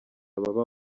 baba